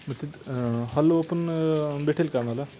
मग ते हॅलो पण भेटेल का आम्हाला